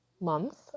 month